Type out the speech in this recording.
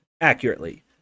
accurately